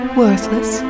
worthless